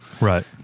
Right